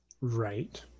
Right